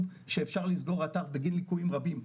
שאפשר לסגור אתר בגין ליקויים רבים?